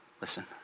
Listen